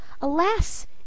Alas